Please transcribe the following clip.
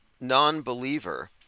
non-believer